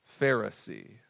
Pharisee